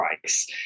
price